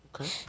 Okay